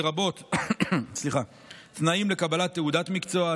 לרבות תנאים לקבלת תעודת מקצוע,